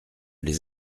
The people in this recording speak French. les